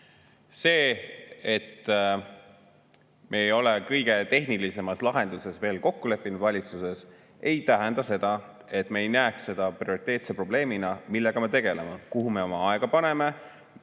See, et me ei ole kõige tehnilisemas lahenduses veel valitsuses kokku leppinud, ei tähenda seda, nagu me ei näeks seda prioriteetse probleemina, millega me tegeleme, kuhu me oma aega paneme